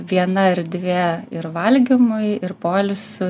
viena erdvė ir valgymui ir poilsiui